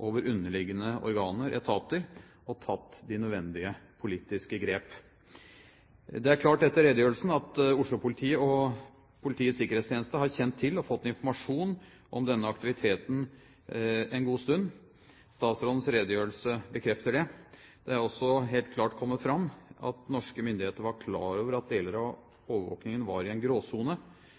over underliggende organer, etater, og tatt de nødvendige politiske grep. Det er klart etter redegjørelsen at Oslo-politiet og Politiets sikkerhetstjeneste har kjent til og fått informasjon om denne aktiviteten en god stund. Statsrådens redegjørelse bekrefter det. Det har også helt klart kommet fram at norske myndigheter var klar over at deler av overvåkingen var i en gråsone